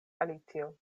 alicio